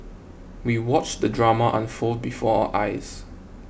we watched the drama unfold before eyes